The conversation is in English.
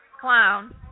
clown